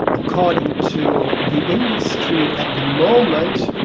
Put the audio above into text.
according to the industry at the moment,